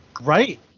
Right